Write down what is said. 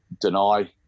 deny